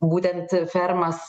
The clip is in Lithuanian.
būtent fermas